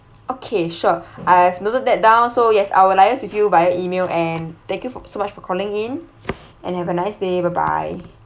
okay sure I've noted that down so yes I will liaise with you via email and thank you fo~ so much for calling in and have a nice day bye bye